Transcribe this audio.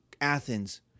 Athens